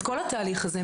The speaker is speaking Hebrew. את כל התהליך הזה,